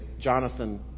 Jonathan